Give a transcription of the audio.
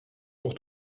pour